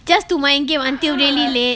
just to main game until really late